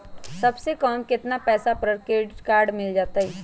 सबसे कम कतना पैसा पर क्रेडिट काड मिल जाई?